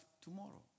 tomorrow